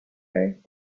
earth